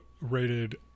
rated